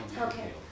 Okay